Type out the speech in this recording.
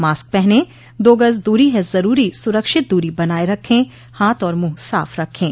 mask पहनें दो गज़ दूरी है ज़रूरी सुरक्षित दूरी बनाए रखें हाथ और मुंह साफ़ रखें